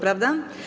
Prawda?